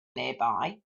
nearby